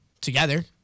together